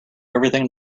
everything